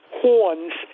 horns